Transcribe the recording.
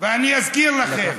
אני אזכיר לכם: